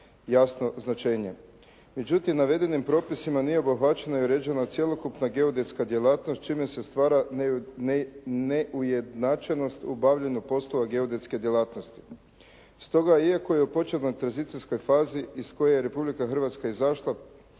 jasno značenje. Međutim, navedenim propisima nije obuhvaćena i uređena cjelokupna geodetska djelatnost čime se stvara neujednačenost u obavljanju poslova geodetske djelatnosti. Stoga iako je u početnoj tranzicijskoj fazi iz koje je Republika Hrvatska izašla